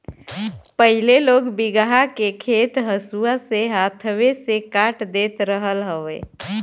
पहिले लोग बीघहा के खेत हंसुआ से हाथवे से काट देत रहल हवे